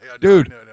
dude